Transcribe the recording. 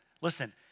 Listen